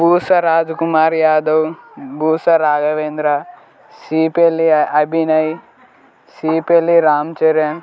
Bhusa Raj Kumar Yadav Bhusa Raghavendra Seepalli Abhinay Seepalli Ram Charan